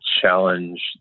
challenge